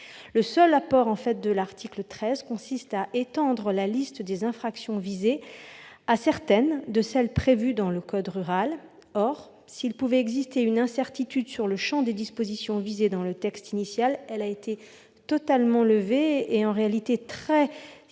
Le seul apport de l'article 13 du projet de loi consiste à étendre la liste des infractions visées à certaines de celles prévues dans le code rural. Or, s'il pouvait exister une incertitude sur le champ des dispositions visées dans le texte initial, elle a été totalement levée et ce champ a été très